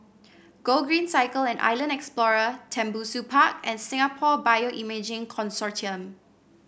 Gogreen Cycle and Island Explorer Tembusu Park and Singapore Bioimaging Consortium